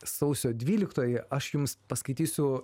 sausio dvyliktoji aš jums paskaitysiu